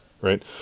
Right